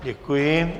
Děkuji.